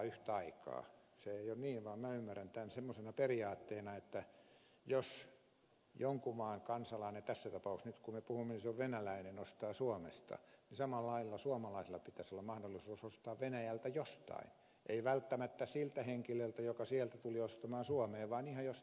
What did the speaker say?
se ei ole niin vaan minä ymmärrän tämän semmoisena periaatteena että jos jonkun maan kansalainen tässä tapauksessa nyt kun me puhumme se on venäläinen ostaa suomesta niin samalla lailla suomalaisella pitäisi olla mahdollisuus ostaa venäjältä jostain ei välttämättä siltä henkilöltä joka sieltä tuli ostamaan suomeen vaan ihan jostain muualta